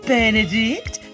Benedict